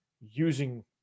using